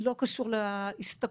לא קשור להשתכרות,